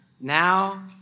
now